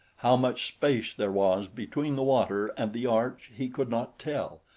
how much space there was between the water and the arch he could not tell,